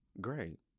great